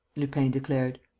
lupin declared.